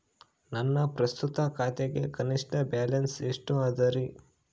ನನ್ನ ಪ್ರಸ್ತುತ ಖಾತೆಗೆ ಕನಿಷ್ಠ ಬ್ಯಾಲೆನ್ಸ್ ಎಷ್ಟು ಅದರಿ?